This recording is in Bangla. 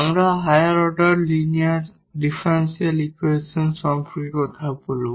আমরা higher order linear differential equation সম্পর্কে কথা বলব